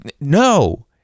No